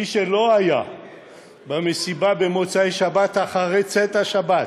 מי שלא היה במסיבה במוצאי שבת, אחרי צאת השבת,